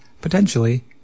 potentially